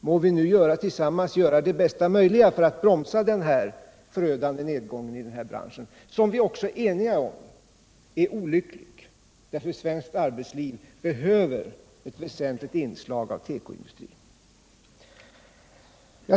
Må vi nu tillsammans göra det bästa möjliga för att bromsa den förödande nedgången i branschen, som -— det är vi också eniga om — är olycklig, därför att svenskt arbetsliv behöver ett väsentligt inslag av tekoindustri.